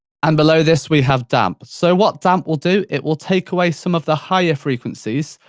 and below this we have damp. so, what damp will do, it will take away some of the higher frequencies,